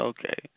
Okay